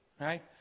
right